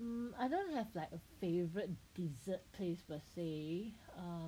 um I don't have like a favourite dessert place per se err